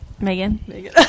Megan